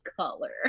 color